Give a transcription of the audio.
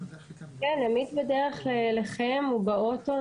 כן, עמית בדרך אליכם, הוא באוטו.